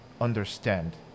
understand